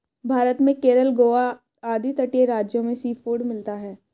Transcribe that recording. भारत में केरल गोवा आदि तटीय राज्यों में सीफूड मिलता है